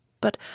But